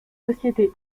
société